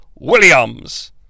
Williams